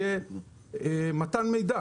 יהיה "מתן מידע".